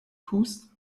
tust